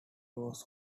was